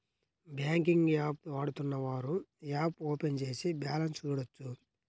banking app వాడుతున్నవారు app open చేసి balance చూడొచ్చు